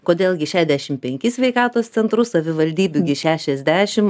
kodėl gi šešdešim penkis sveikatos centrus savivaldybių gi šešiasdešim